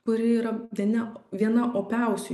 kuri yra bene viena opiausių